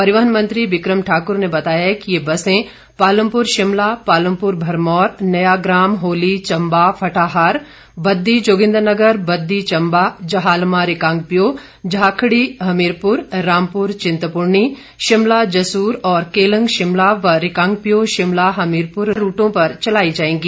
परिवहन मंत्री बिक्रम ठाक्र ने बताया कि ये बसे पालमपुर शिमला पालमपुर भरमौर नयाग्राम होली चम्बा फटाहार बद्दी जोगिन्दरनगर बद्दी चम्बा जहालमा रिकांगपिओ झाकड़ी हमीरपुर रामपुर चिंतपूर्णी शिमला जसूर और केलंग शिमला व रिकांगपिओ शिमला हमीरपुर रूटों पर चलाई जाएंगी